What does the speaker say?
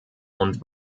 und